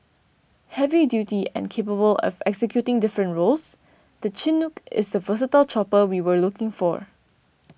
heavy duty and capable of executing different roles the Chinook is the versatile chopper we were looking for